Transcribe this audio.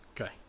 okay